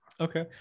Okay